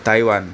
Taiwan